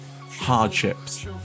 hardships